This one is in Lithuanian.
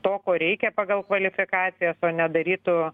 to ko reikia pagal kvalifikacijas o ne darytų